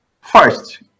First